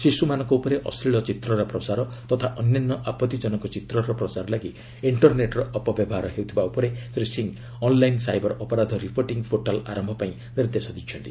ଶିଶୁମାନଙ୍କ ଉପରେ ଅଶ୍ଳୀଳ ଚିତ୍ରର ପ୍ରସାର ତଥା ଅନ୍ୟାନ୍ୟ ଆପଭିଜନକ ଚିତ୍ରର ପ୍ରସାର ଲାଗି ଇକ୍ଷର୍ନେଟ୍ର ଅପବ୍ୟବହାର ହେଉଥିବା ଉପରେ ଶ୍ରୀ ସିଂ ଅନ୍ଲାଇନ୍ ସାଇବର ଅପରାଧ ରିପୋର୍ଟିଂ ପୋର୍ଟାଲ୍ ଆରମ୍ଭ ପାଇଁ ନିର୍ଦ୍ଦେଶ ଦେଇଛନ୍ତି